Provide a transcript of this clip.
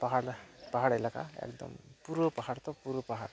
ᱯᱟᱦᱟᱲ ᱯᱟᱦᱟᱲ ᱮᱞᱟᱠᱟ ᱮᱠᱫᱚᱢ ᱯᱩᱨᱟᱹ ᱯᱟᱦᱟᱲ ᱛᱚ ᱯᱩᱨᱟᱹ ᱯᱟᱦᱟᱲ